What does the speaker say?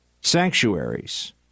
sanctuaries